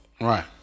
Right